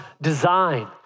design